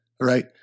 right